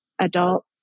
adult